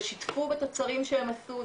ושיתפו בתוצרים שהם עשו.